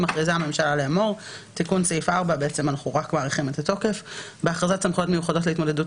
מכריזה הממשלה לאמור: 1. בהכרזת סמכויות מיוחדות להתמודדות